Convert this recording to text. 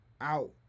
out